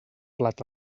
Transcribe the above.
plat